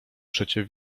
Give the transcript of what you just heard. przecie